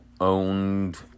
owned